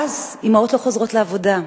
ואז, אמהות לא חוזרות לעבודה.